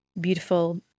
beautiful